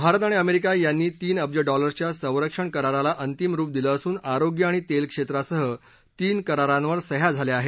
भारत आणि अमेरिका यांनी तीन अब्ज डॉलर्सच्या सरक्षण कराराला अंतिम रुप दिलं असून आरोग्य आणि तेल क्षेत्रासह तीन करारांवर सह्या झाल्या आहेत